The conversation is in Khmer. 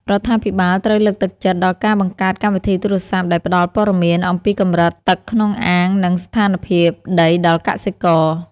រដ្ឋាភិបាលត្រូវលើកទឹកចិត្តដល់ការបង្កើតកម្មវិធីទូរស័ព្ទដែលផ្តល់ព័ត៌មានអំពីកម្រិតទឹកក្នុងអាង និងស្ថានភាពដីដល់កសិករ។